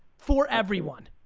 for everyone.